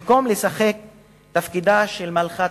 במקום לשחק את תפקידה של מלכת